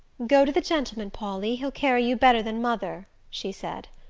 go to the gentleman, pauly he'll carry you better than mother, she said.